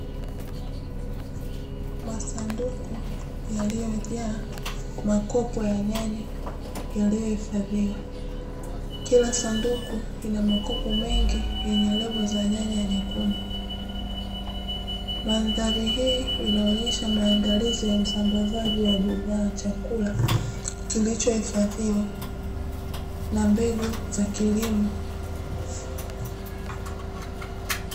Masanduku yaliyojaa makopo ya nyanya yaliyoifadhiwa kila sanduku lina makopo mengi yenye lebo za nyanya nyekundu. Madhari hii inaonesha maandalizi ya usambazaji wa bidhaa ya chakula kilicho hifadhiwa na mbegu za kilimo.